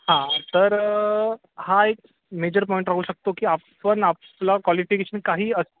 हा तर हा एक मेजर पॉईंट राहू शकतो की आपण आपला कॉलिफिकेशन काही